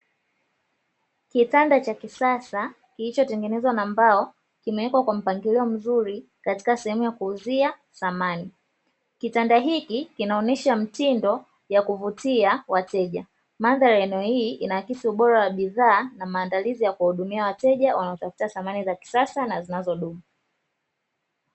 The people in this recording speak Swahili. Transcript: Kitanda cha kisasa kilichotengenezwa na mbao, kimewekwa kwa mpangilio mzuri katika sehemu ya kuuzia samani. Kitanda hiki kinaonyesha mitindo ya kuvutia wateja, mandhari ya eneo hili inaakisi ubora wa bidhaa na maandalizi ya kuwahudumia wateja wanaotafuta samani za kisasa na zinazodumu.